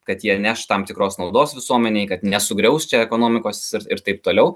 kad jie neš tam tikros naudos visuomenei kad nesugriaus čia ekonomikos ir taip toliau